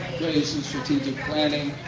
and strategic planning.